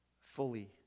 fully